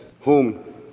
home